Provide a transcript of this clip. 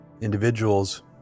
individuals